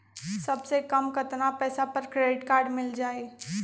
सबसे कम कतना पैसा पर क्रेडिट काड मिल जाई?